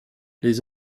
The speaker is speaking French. les